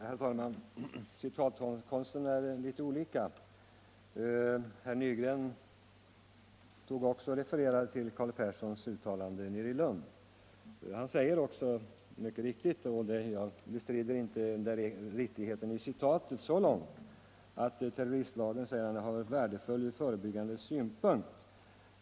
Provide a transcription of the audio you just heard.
Herr talman! Citatkonsten är litet olika på olika håll. Herr Nygren refererade också till Carl Perssons uttalande i Lund. Jag bestrider inte att citatet är riktigt så långt att han säger att terroristlagen har varit värdefull ur förebyggande synpunkt.